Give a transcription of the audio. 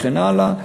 וכן הלאה.